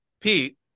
Pete